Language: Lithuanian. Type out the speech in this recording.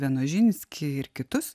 vienožinskį ir kitus